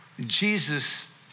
Jesus